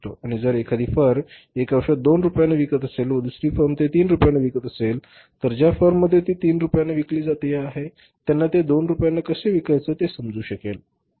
आणि जर एखादी फर्म एक औषध 2 रुपयांना विकत असेल व दुसरी फर्म ते 3 रुपयांना विकत असेल तर ज्या फॉर्ममध्ये ती 3 रूपयांमध्ये विकली जात आहे त्यांना ते 2 रुपयांना कसे विकायचं ते समजू शकेल